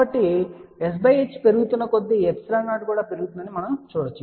కాబట్టి మనం చెప్పగలం s h పెరుగుతున్న కొద్దీ ε0 కూడా పెరుగుతుందని మనం చూడవచ్చు